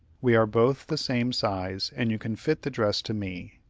we are both the same size, and you can fit the dress to me.